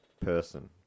person